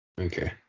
Okay